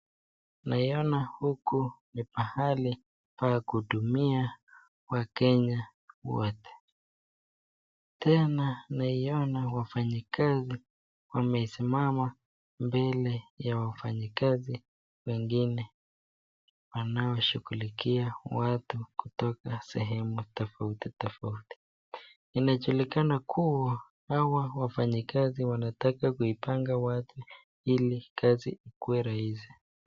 Naiona huku ni pahali pa kuhudumia Wakenya wote tena naiona wafanyikazi wamesimama mbele ya wafanyikazi wengine wanaoshughulikia watu kutoka sehemu tofauti tofauti inajulikana kuwa hawa wafanyikazi wanataka kuipanga watu ili kazi ikue rahisi.